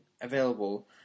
available